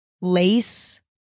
lace